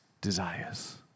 Desires